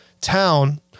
town